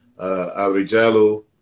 al-Rijalu